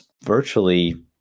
virtually